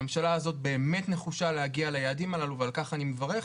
הממשלה הזאת באמת נחושה להגיע ליעדים הללו ועל כך אני מברך,